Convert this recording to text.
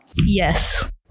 Yes